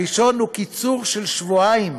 הראשון הוא קיצור של שבועיים